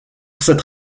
cette